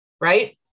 right